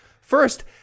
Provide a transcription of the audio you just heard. first